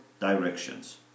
directions